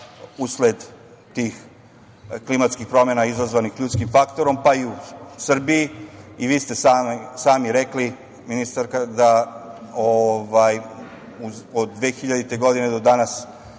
usled tih klimatskih promena izazvanih ljudskim faktorom, pa i u Srbiji i vi ste sami rekli ministarka da od 2000. godine do danas